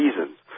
reasons